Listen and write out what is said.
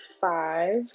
five